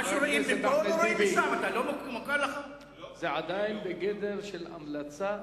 אתה תמיד מסתמך עד כדי כך על המלצות המשטרה?